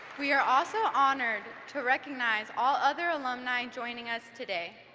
we are also honored to recognize all other alumni joining us today.